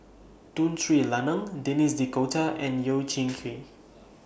Tun Tri Lanang Denis D'Cotta and Yeo Kian Chye